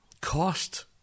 cost